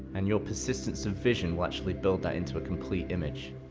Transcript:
and your persistence of vision will actually build that into a complete image.